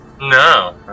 No